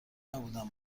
نبودم